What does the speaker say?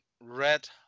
red